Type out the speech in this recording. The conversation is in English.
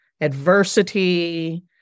adversity